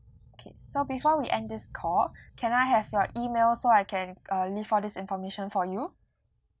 K so before we end this call can I have your email so I can uh leave all this information for you